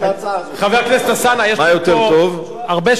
חבר הכנסת אלסאנע, יש לנו פה הרבה שעות היום.